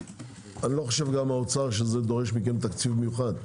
לא חושב גם האוצר, שזה דורש מכם תקציב מיוחד.